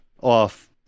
off